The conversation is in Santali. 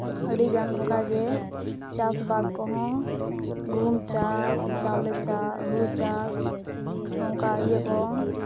ᱟᱹᱰᱤᱜᱟᱱ ᱚᱱᱠᱟᱜᱮ ᱪᱟᱥᱵᱟᱥ ᱠᱚᱦᱚᱸ ᱜᱩᱦᱩᱢ ᱪᱟᱥ ᱪᱟᱣᱞᱮ ᱦᱩᱲᱩ ᱪᱟᱥ ᱚᱱᱠᱟ ᱤᱭᱟᱹ ᱠᱚ